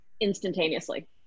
instantaneously